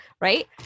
right